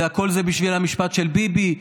ושהכול זה בשביל המשפט של ביבי.